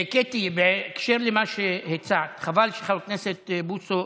קטי, בהקשר למה שהצעת, חבל שחבר הכנסת בוסו,